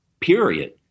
period